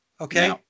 Okay